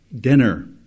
dinner